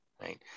Right